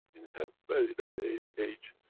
in her very late age,